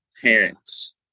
parents